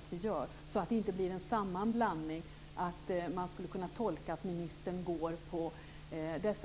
avstånd, så att det inte blir en sammanblandning och att man tolkar det som att ministern går på